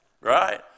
right